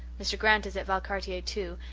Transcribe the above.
mr. grant is at valcartier, too,